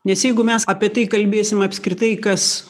nes jeigu mes apie tai kalbėsim apskritai kas